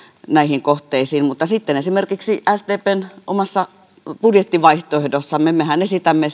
näihin kohteisiin mutta sitten esimerkiksi sdpn omassa budjettivaihtoehdossamme mehän esitämme